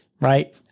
Right